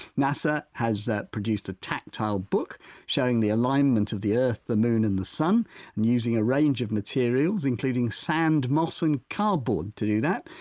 nasa has produced a tactile book showing the alignment of the earth, the moon and the sun and using a range of materials including sand, moss and cardboard to do that.